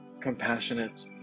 compassionate